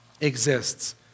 exists